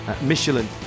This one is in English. Michelin